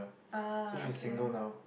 ah okay